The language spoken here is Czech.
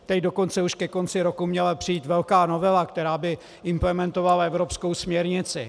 Teď dokonce už ke konci roku měla přijít velká novela, která by implementovala evropskou směrnici.